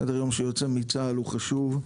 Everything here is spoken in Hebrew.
סדר יום שיוצא מצה"ל הוא חשוב,